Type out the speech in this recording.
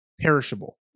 perishable